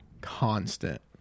constant